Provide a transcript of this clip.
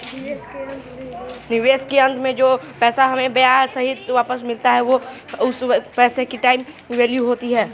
निवेश के अंत में जो पैसा हमें ब्याह सहित वापस मिलता है वो उस पैसे की टाइम वैल्यू होती है